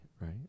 right